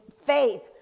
faith